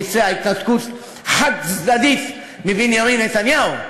ביצע התנתקות חד-צדדית מבנימין נתניהו.